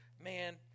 man